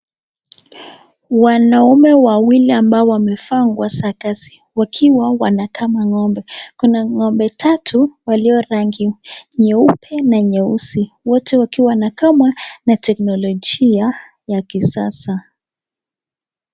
Wanaume wawili ambao wamevaa nguo za kazi wakiwa wao wanakama ng'ombe kuna ng'ombe tatu walio rangi nyeupe na nyeusi wote wakiwa wanakamwa na teknolojia ya kisasa.